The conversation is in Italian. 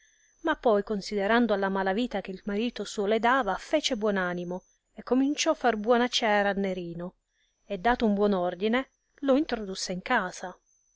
ma poi considerando alla mala vita che il marito suo le dava fece buon animo e cominciò far buona ciera a nerino e dato un buon ordine lo introdusse in casa